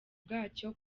bwacyo